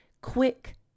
quick